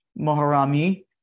Moharami